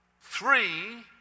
Three